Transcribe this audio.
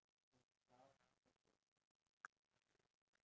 because oh uh singapore's um